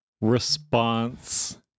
response